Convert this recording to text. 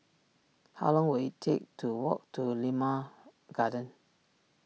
how long will it take to walk to Limau Garden